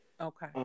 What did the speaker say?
Okay